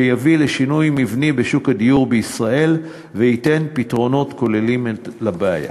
שיביא לשינוי מבני בשוק הדיור בישראל וייתן פתרונות כוללים לבעיה.